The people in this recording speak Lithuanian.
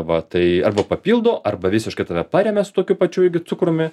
va tai arba papildo arba visiškai tave paremia su tokiu pačiu irgi cukrumi